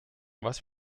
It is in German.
was